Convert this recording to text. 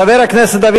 שנייה, חברי הכנסת.